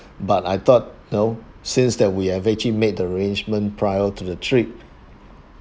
but I thought know since that we have actually made the arrangements prior to the trip